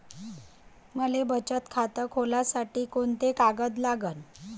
मले बचत खातं खोलासाठी कोंते कागद लागन?